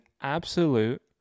absolute